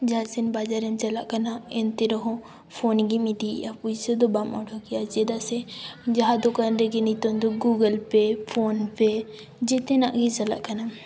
ᱡᱟᱦᱟᱸ ᱥᱮᱫ ᱵᱟᱡᱟᱨᱮᱢ ᱪᱟᱞᱟᱜ ᱠᱟᱱᱟ ᱮᱱᱛᱮ ᱨᱮᱦᱚᱸ ᱯᱷᱳᱱ ᱜᱮᱢ ᱤᱫᱤᱭᱮᱜᱼᱟ ᱯᱚᱭᱥᱟ ᱫᱚ ᱵᱟᱢ ᱚᱰᱚᱠᱮᱭᱟ ᱪᱮᱫᱟᱜ ᱥᱮ ᱡᱟᱦᱟᱸ ᱫᱚᱠᱟᱱ ᱨᱮᱜᱮ ᱱᱤᱛᱚᱝ ᱫᱚ ᱜᱩᱜᱳᱞ ᱯᱮ ᱯᱷᱳᱱ ᱯᱮ ᱡᱮᱛᱮᱱᱟᱜ ᱜᱮ ᱪᱟᱞᱟᱜ ᱠᱟᱱᱟ